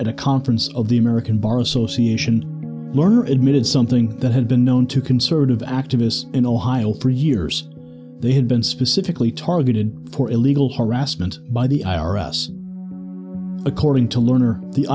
at a conference of the american bar association lerner admitted something that had been known to conservative activists in ohio for years they had been specifically targeted for illegal harassment by the i r s according to lerner the